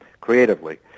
creatively